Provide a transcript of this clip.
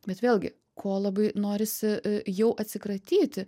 bet vėlgi ko labai norisi jau atsikratyti